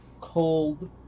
cold